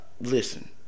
listen